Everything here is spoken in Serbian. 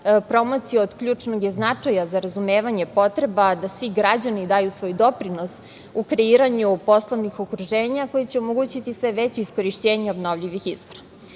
promocija od ključnog je značaja za razumevanje potreba da svi građani daju svoj doprinos u kreiranju poslovnih okruženja koji će omogućiti sve veće iskorišćenje obnovljivih izvora. Imajući